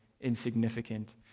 insignificant